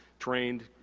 trained,